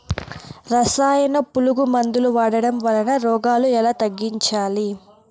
రసాయన పులుగు మందులు వాడడం వలన రోగాలు ఎలా తగ్గించాలి?